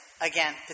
again